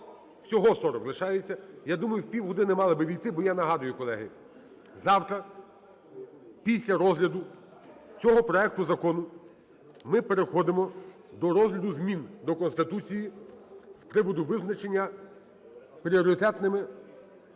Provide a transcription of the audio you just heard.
Всього 40 лишається. Я думаю, в півгодини мали би ввійти. Бо я нагадую, колеги, завтра після розгляду цього проекту закону ми переходимо до розгляду змін до Конституції з приводу визначення пріоритетними